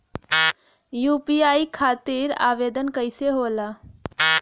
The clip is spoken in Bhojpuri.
यू.पी.आई खातिर आवेदन कैसे होला?